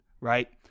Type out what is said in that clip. right